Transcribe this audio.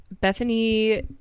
Bethany